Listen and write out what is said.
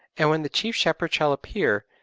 and when the chief shepherd shall appear,